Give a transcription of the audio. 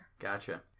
Gotcha